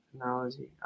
analogy